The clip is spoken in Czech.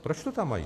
Proč to tam mají?